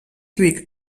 ric